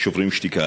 "שוברים שתיקה".